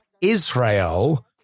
Israel